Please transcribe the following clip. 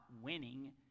winning